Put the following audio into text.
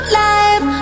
life